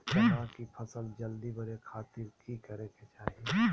चना की फसल जल्दी बड़े खातिर की करे के चाही?